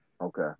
Okay